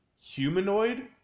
humanoid